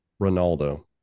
Ronaldo